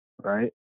right